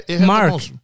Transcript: Mark